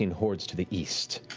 and hordes to the east.